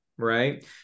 right